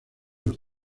los